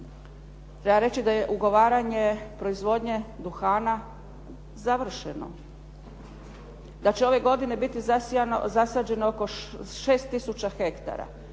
Treba reći da je ugovaranje proizvodnje duhana završeno, da će ove godine biti zasađeno oko 6 tisuća hektara,